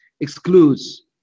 excludes